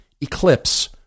Eclipse